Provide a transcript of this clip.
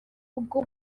ubwo